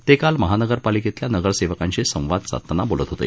ते काल महानगरपालिकेतल्या नगरसेवकांशी संवाद साधताना बोलत होते